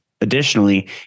Additionally